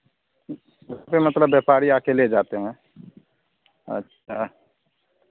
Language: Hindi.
ख़ुद से मतलब व्यापारी आ कर ले जाते हैं अच्छा